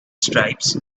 stripes